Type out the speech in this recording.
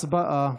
הצבעה.